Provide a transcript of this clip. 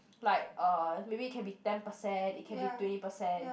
like uh maybe it can be ten precent it can be twenty percent